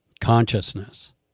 Consciousness